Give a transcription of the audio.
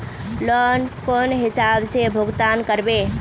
Loan कौन हिसाब से भुगतान करबे?